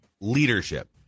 leadership